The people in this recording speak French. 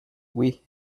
oui